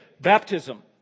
Baptism